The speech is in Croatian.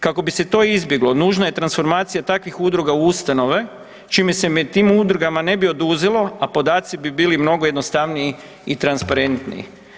Kako bi se to izbjeglo, nužno je transformacija takvih udruga u ustanove, čime se tim udrugama ne bi oduzelo, a podaci bi bili mnogo jednostavniji i transparentniji.